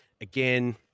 again